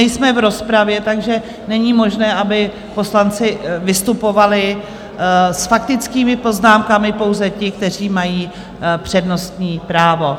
Nejsme v rozpravě, takže není možné, aby poslanci vystupovali s faktickými poznámkami, pouze ti, kteří mají přednostní právo.